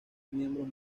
miembros